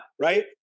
right